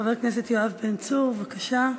חבר הכנסת יואב בן צור, בבקשה.